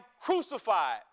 crucified